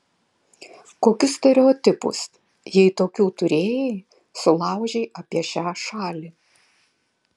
kokius stereotipus jei tokių turėjai sulaužei apie šią šalį